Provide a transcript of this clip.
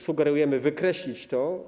Sugerujemy wykreślić to.